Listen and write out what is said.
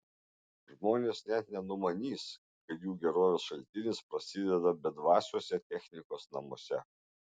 žmonės net nenumanys kad jų gerovės šaltinis prasideda bedvasiuose technikos namuose